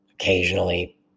occasionally